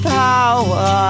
power